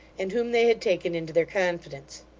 and whom they had taken into their confidence.